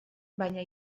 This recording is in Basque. baina